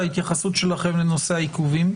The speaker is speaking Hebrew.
ההתייחסות שלכם לנושא העיכובים,